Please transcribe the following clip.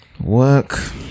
Work